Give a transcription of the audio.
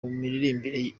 miririmbire